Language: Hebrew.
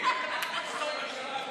קבוצת סיעת